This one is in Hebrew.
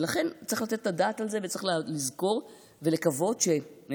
ולכן צריך לתת את הדעת על זה וצריך לזכור ולקוות שממשלת